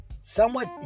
Somewhat